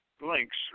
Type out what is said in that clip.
links